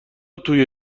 توی